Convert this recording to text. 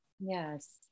Yes